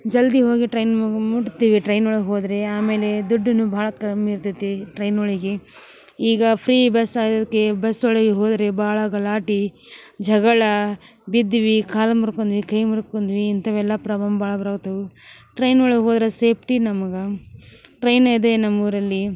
ಜಲ್ದಿ ಹೋಗಿ ಟ್ರೈನ್ ಮುಟ್ತೀವಿ ಟ್ರೈನ್ ಒಳಗ ಹೋದರೆ ಆಮೇಲೆ ದುಡ್ಡುನು ಭಾಳ ಕಮ್ಮಿ ಇರ್ತೈತಿ ಟ್ರೈನೊಳಿಗಿ ಈಗ ಫ್ರೀ ಬಸ್ ಆಗಿದಕ್ಕೆ ಬಸ್ ಒಳಗೆ ಹೋದರೆ ಭಾಳ ಗಲಾಟೆ ಜಗಳ ಬಿದ್ವಿ ಕಾಲು ಮುರ್ಕೊಂದ್ವಿ ಕೈ ಮುರ್ಕೊಂದ್ವಿ ಇಂತವೆಲ್ಲ ಪ್ರಾಬ್ಲಮ್ ಬಾಳ ಬರವತ್ತಾವು ಟ್ರೈನ್ ಒಳಗ ಹೋದ್ರ ಸೇಫ್ಟಿ ನಮಗೆ ಟ್ರೈನ್ ಇದೆ ನಮ್ಮೂರಲ್ಲಿ